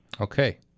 Okay